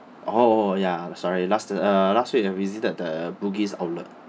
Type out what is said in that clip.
orh ya sorry last uh last week I visited the bugis outlet